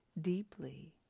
deeply